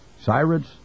Cyrus